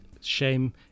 Shame